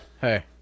hey